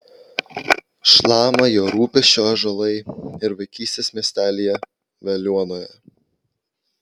šlama jo rūpesčiu ąžuolai ir vaikystės miestelyje veliuonoje